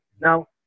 Now